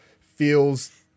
feels